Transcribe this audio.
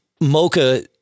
mocha